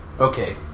Okay